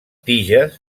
tiges